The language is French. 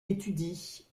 étudie